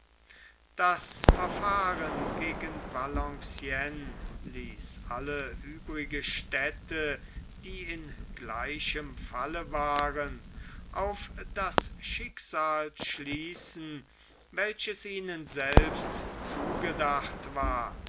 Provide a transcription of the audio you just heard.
das verfahren gegen valenciennes ließ alle übrigen städte die in gleichem falle waren auf das schicksal schließen welches ihnen selbst zugedacht war